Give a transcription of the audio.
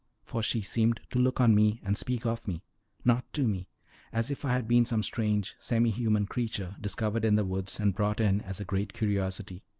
for she seemed to look on me and speak of me not to me as if i had been some strange, semi-human creature, discovered in the woods, and brought in as a great curiosity.